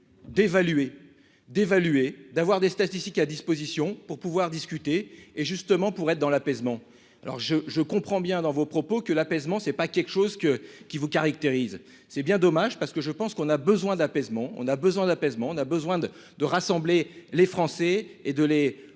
dévaluer d'avoir des statistiques à disposition pour pouvoir discuter et justement pour être dans l'apaisement alors je je comprends bien dans vos propos que l'apaisement, c'est pas quelque chose que qui vous caractérise, c'est bien dommage parce que je pense qu'on a besoin d'apaisement, on a besoin d'apaisement, on a besoin de de rassembler les Français et de